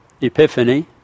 Epiphany